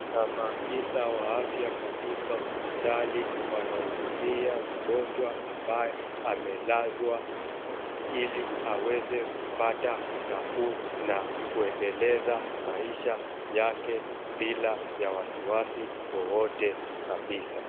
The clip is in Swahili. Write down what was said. Kuna maafisa wa afya katika hospitali. Wanahudumia mgonjwa ambaye amelazwa ili aweze kupata nafuu na kuendeleza maisha yake bila ya wasiwasi wowote kabisa.